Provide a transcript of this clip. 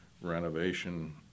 renovation